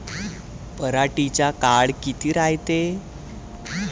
पराटीचा काळ किती रायते?